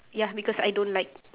ya because I don't like